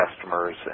customers